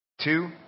Two